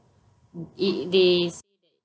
i~ they say that